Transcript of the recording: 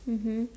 mmhmm